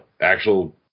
actual